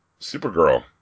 Supergirl